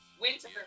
Winter